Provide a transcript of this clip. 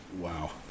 Wow